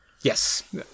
Yes